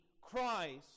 Christ